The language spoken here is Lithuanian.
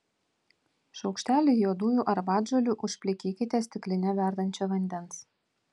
šaukštelį juodųjų arbatžolių užplikykite stikline verdančio vandens